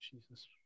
Jesus